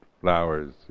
Flowers